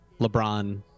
LeBron